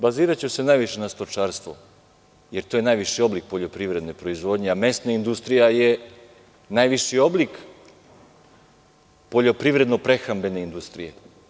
Baziraću se najviše na stočarstvu jer to je najviši oblik poljoprivredne proizvodnje, a mesna industrija je najviši oblik poljoprivredno-prehrambene industrije.